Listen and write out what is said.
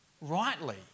rightly